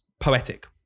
poetic